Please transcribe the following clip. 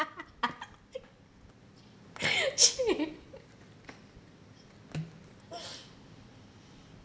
cheap